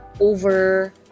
over